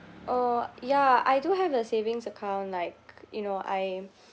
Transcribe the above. oh ya I do have a savings account like you know I